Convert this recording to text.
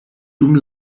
dum